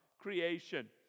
creation